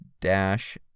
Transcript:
dash